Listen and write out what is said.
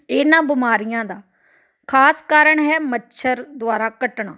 ਇਹਨਾਂ ਬਿਮਾਰੀਆਂ ਦਾ ਖਾਸ ਕਾਰਨ ਹੈ ਮੱਛਰ ਦੁਆਰਾ ਕੱਟਣਾ